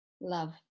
Love